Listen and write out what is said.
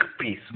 peace